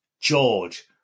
George